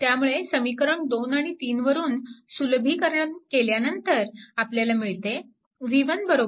त्यामुळे समीकरण 2 आणि 3 वरून सुलभीकरण केल्यानंतर आपल्याला मिळते v1 1